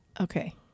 Okay